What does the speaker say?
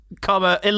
comma